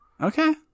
Okay